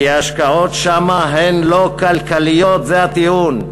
כי השקעות שם הן לא כלכליות, זה הטיעון.